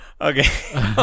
okay